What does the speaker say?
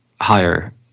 higher